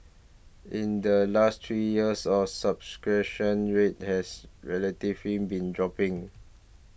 in the last three years of subscription rate has relatively been dropping